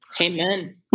amen